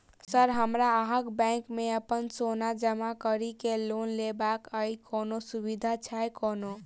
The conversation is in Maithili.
सर हमरा अहाँक बैंक मे अप्पन सोना जमा करि केँ लोन लेबाक अई कोनो सुविधा छैय कोनो?